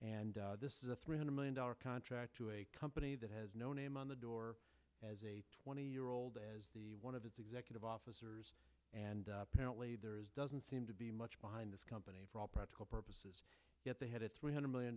and this is a three hundred million dollar contract to a company that has no name on the door as a twenty year old as the one of its executive officers and apparently there is doesn't seem to be much behind this company for all practical purposes yet they had a three hundred